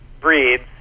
breeds